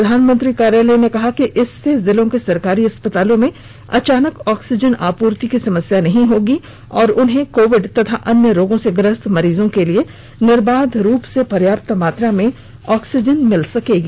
प्रधानमंत्री कार्यालय ने कहा कि इससे जिलों के सरकारी अस्पतालों में अचानक ऑक्सीजन आपूर्ति की समस्या नहीं होगी और उन्हें कोविड तथा अन्य रोगों से ग्रस्त मरीजों के लिए निर्बाध रूप से पर्याप्त मात्रा में ऑक्सीजन मिल सकेगी